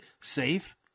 safe